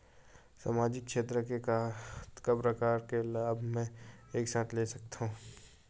सामाजिक क्षेत्र के कतका प्रकार के लाभ मै एक साथ ले सकथव?